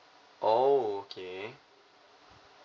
oh okay